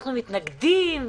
שאנחנו מתנגדים.